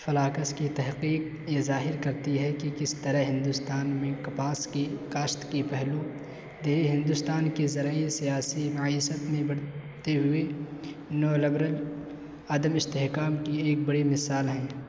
flocks کی تحقیق یہ ظاہر کرتی ہے کہ کس طرح ہندوستان میں کپاس کی کاشت کی پہلو دیہی ہندوستان کی زرعی سیاسی معیشت میں بڑھتے ہوئے نولبرل عدم اشتحکام کی ایک بڑی مثال ہیں